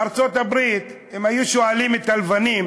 בארצות-הברית, אם היו שואלים את הלבנים